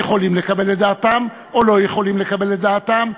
יכולים לקבל את דעתם או לא יכולים לקבל את דעתם.